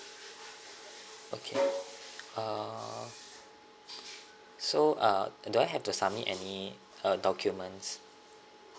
okay uh so uh do I have to submit any uh documents